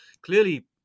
Clearly